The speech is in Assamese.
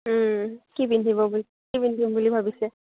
ওম কি পিন্ধিব কি পিন্ধিম বুলি ভাবিছে